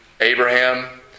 Abraham